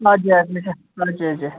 हजुर हजुर हजुर हजुर